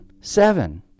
seven